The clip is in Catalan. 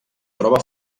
troba